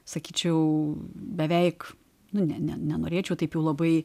sakyčiau beveik nu ne ne nenorėčiau taip jau labai